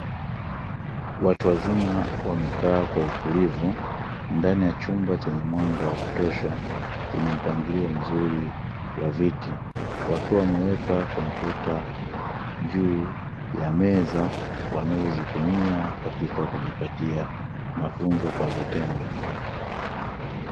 Watu wazima wamekaa kwa utulivu ndani ya chumba chenye mwanga wa kutosha chenye mpangilio mzuri wa viti wakiwa wameweka kompyuta juu ya meza, wanazozitumia katika kujipatia mafunzo kwa vitendo.